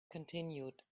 continued